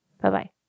Bye-bye